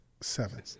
seven